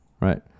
Right